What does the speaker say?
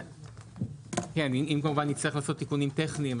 אם נצטרך לעשות תיקונים טכניים.